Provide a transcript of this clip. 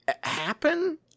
happen